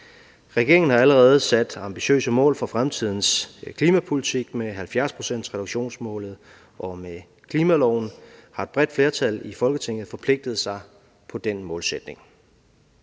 Regeringen har allerede sat ambitiøse mål for fremtidens klimapolitik med 70-procentsreduktionsmålet, og med klimaloven har et bredt flertal i Folketinget forpligtet sig på den målsætning.